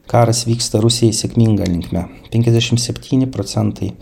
karas vyksta rusijai sėkminga linkme penkiasdešim septyni procentai